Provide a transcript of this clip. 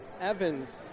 Evans